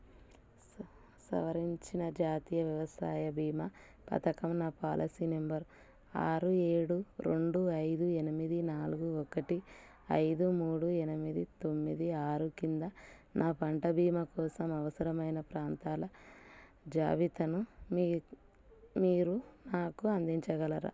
స సవరించిన జాతీయ వ్యవసాయ భీమా పథకం నా పాలసీ నెంబర్ ఆరు ఏడు రెండు ఐదు ఎనిమిది నాలుగు ఒకటి ఐదు మూడు ఎనిమిది తొమ్మిది ఆరు క్రింద నా పంట భీమా కోసం అవసరమైన ప్రాంతాల జాబతాను మీకు మీరు నాకు అందించగలరా